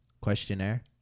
Questionnaire